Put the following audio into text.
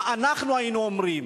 מה אנחנו היינו אומרים?